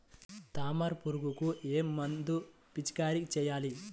తామర పురుగుకు ఏ మందు పిచికారీ చేయాలి?